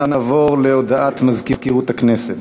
נעבור להודעת מזכירות הכנסת.